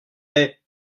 est